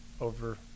over